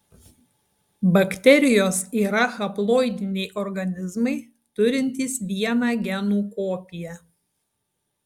bakterijos yra haploidiniai organizmai turintys vieną genų kopiją